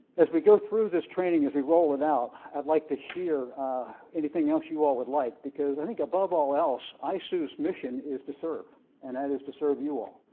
as we go through this training as we roll it out, i'd like to hear anything else you all would like, because i think above all else, isoo's mission is to serve and that is to serve you all.